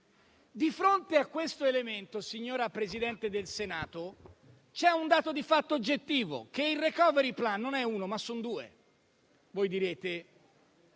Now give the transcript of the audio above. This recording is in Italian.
Di fronte a questo elemento, signora Presidente, c'è un dato di fatto oggettivo: il *recovery plan* non è uno, ma son due. Voi vi